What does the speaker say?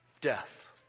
death